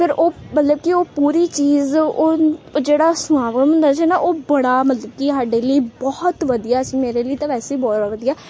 ਫਿਰ ਉਹ ਮਤਲਬ ਕਿ ਉਹ ਪੂਰੀ ਚੀਜ਼ ਉਹ ਜਿਹੜਾ ਸਮਾਗਮ ਹੁੰਦਾ ਸੀ ਨਾ ਉਹ ਬੜਾ ਮਤਲਬ ਕਿ ਸਾਡੇ ਲਈ ਬਹੁਤ ਵਧੀਆ ਸੀ ਮੇਰੇ ਲਈ ਤਾਂ ਵੈਸੇ ਬਹੁਤ ਵਧੀਆ